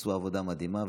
עשו עבודה מדהימה,